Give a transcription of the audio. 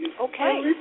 Okay